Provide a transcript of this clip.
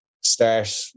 start